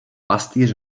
pastýř